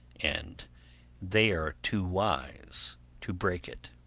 and they are too wise to break it.